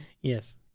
Yes